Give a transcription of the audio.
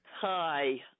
Hi